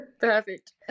perfect